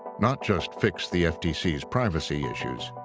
not just fix the ftc's privacy issues.